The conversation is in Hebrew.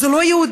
זה לא יהודי